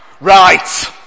Right